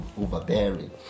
overbearing